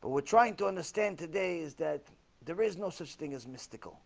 but we're trying to understand today is that there is no such thing as mystical